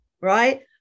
Right